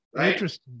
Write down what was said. interesting